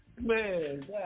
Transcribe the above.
Man